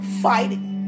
fighting